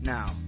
Now